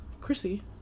Chrissy